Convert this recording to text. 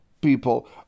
people